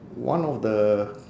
one of the